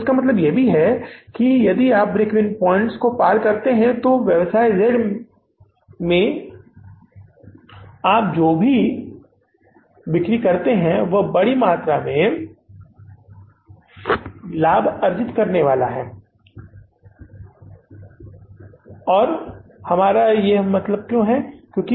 तो इसका मतलब है कि यदि आप ब्रेक इवन पॉइंट्स को पार करते हैं जो कि व्यवसाय Z में एक बड़ी समस्या है तो इसके बाद आप जो भी बिक्री करते हैं वह बड़ी मात्रा में लाभ अर्जित करने वाला है और हमारा यहां क्या मतलब है क्यों